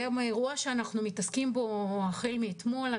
זה אירוע שאנחנו עוסקים בו החל מאתמול.